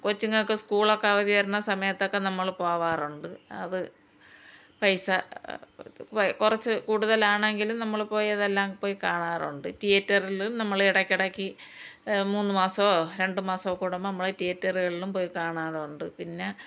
കൊച്ചുങ്ങൾക്കു school ഒക്കെ അവധി വരണ സമയത്തൊക്കെ നമ്മൾ പോവാറുണ്ട് അത് പൈസ കുറച്ച് കൂടുതലാണെങ്കിലും നമ്മൾ പോയതെല്ലാം പോയി കാണാറുണ്ട് തിയേറ്ററിലും നമ്മൾ ഇടയ്ക്കിടയ്ക്ക് മൂന്നു മാസോ രണ്ടു മാസോ കൂടുമ്പോൾ നമ്മൾ തിയേറ്ററുകളിലും പോയി കാണാറുണ്ട് പിന്നെ